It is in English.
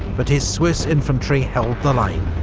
but his swiss infantry held the line,